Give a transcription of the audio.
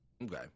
Okay